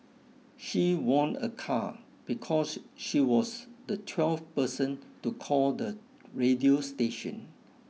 she won a car because she was the twelfth person to call the radio station